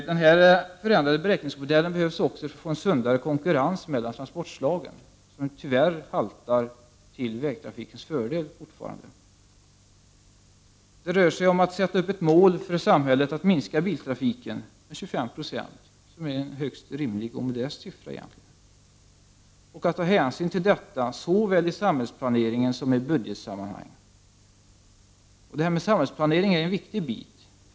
Denna förändrade beräkningsmodell behövs också när det gäller att få en sundare konkurrens mellan trafikslagen. Fortfarande haltar konkurrensen till vägtrafikens fördel. Det rör sig om att sätta upp ett mål för samhället, att minska biltrafiken med 25 96 — egentligen en högst rimlig och modest siffra — och att ta hänsyn till detta såväl i samhällsplaneringen som i budgetsammanhang. Detta med samhällsplanering är en viktig bit.